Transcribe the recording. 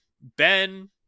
ben